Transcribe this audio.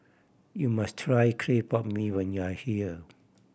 you must try clay pot mee when you are here